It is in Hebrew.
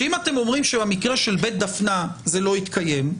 שאם אתם אומרים שבמקרה של בית דפנה זה לא התקיים,